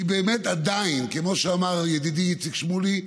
כי באמת עדיין, כמו שאמר ידידי איציק שמולי,